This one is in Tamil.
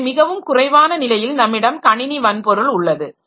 எனவே மிகவும் குறைவான நிலையில் நம்மிடம் கணினி வன்பொருள் உள்ளது